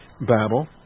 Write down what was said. Babel